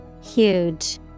Huge